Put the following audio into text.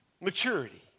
maturity